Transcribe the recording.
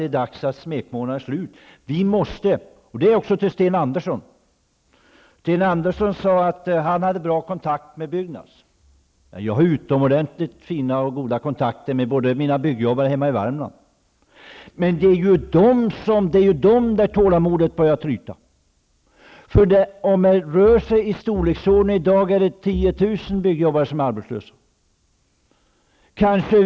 Nu är det dags att smekmånaden tar slut. Sten Andersson i Malmö sade att han hade bra kontakt med Byggnads. Jag har utomordentligt goda kontakter med byggjobbarna hemma i Värmland. Det är bland dem som tålamodet börjar tryta. I dag är 10 000 byggjobbare arbetslösa.